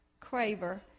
Craver